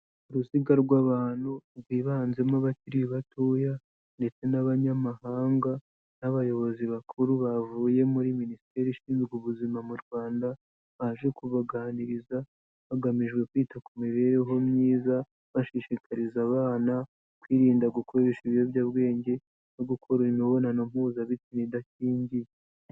Uruziga rw'abantu rwibanzemo abakiri batoya ndetse n'Abanyamahanga n'abayobozi bakuru bavuye muri Minisiteri ishinzwe ubuzima mu Rwanda baje kubaganiriza, hagamijwe kwita ku mibereho myiza, bashishikariza abana kwirinda gukoresha ibiyobyabwenge no gukora imibonano mpuzabitsina idakingiye.